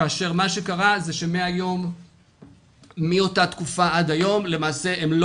כאשר מה שקרה זה שמאותה תקופה ועד היום הם לא